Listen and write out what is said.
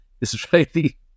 Israeli